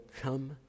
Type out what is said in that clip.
come